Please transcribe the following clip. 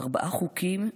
ארבעה חוקים,